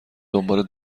دنبال